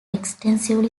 extensively